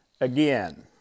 again